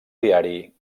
diari